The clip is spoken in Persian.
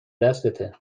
دستته